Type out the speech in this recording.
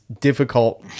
difficult